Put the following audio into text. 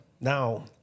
Now